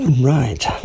Right